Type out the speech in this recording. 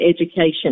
education